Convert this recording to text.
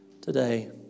today